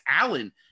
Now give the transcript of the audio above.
Allen